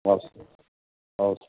हवस् हवस्